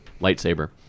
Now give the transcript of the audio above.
Lightsaber